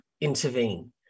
intervene